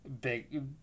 Big